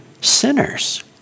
sinners